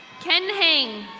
ken hang.